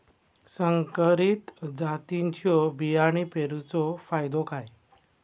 संकरित जातींच्यो बियाणी पेरूचो फायदो काय?